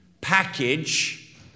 package